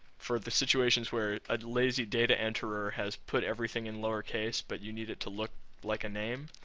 for the situations where a lazy data enterer has put everything in lowercase but you need it to look like a name,